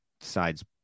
sides